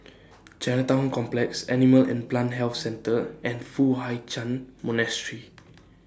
Chinatown Complex Animal and Plant Health Centre and Foo Hai Ch'An Monastery